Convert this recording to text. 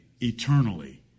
eternally